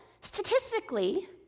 statistically